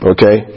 Okay